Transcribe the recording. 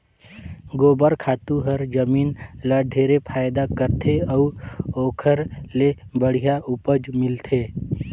गोबर खातू हर जमीन ल ढेरे फायदा करथे अउ ओखर ले बड़िहा उपज मिलथे